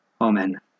Amen